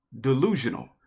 delusional